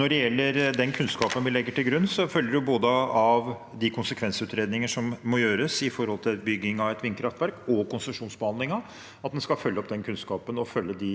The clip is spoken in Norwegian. Når det gjelder den kunnskapen vi legger til grunn, følger det både av de konsekvensutredninger som må gjøres i forbindelse med bygging av et vindkraftverk, og av konsesjonsbehandlingen, at en skal følge opp den kunnskapen og følge de